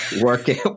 working